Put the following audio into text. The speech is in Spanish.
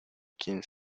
quién